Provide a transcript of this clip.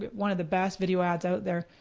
one of the best video ads out there.